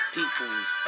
people's